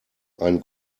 ein